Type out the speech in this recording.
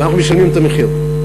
ואנחנו משלמים את המחיר.